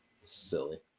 silly